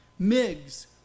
MiGs